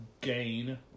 gain